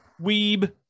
weeb